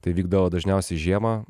tai vykdavo dažniausiai žiemą